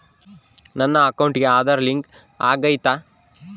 ನನ್ನ ಅಕೌಂಟಿಗೆ ಆಧಾರ್ ಲಿಂಕ್ ಆಗೈತಾ?